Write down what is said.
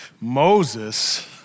Moses